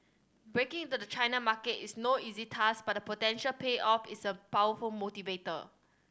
breaking into the China market is no easy task but the potential payoff is a powerful motivator